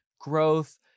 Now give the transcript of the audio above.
growth